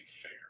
fair